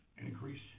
increase